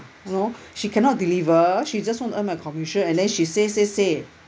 you know she cannot deliver she just want to earn my commission and then she say say say